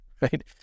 right